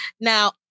Now